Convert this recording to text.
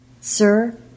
Sir